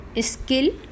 skill